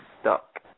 stuck